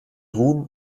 ruhm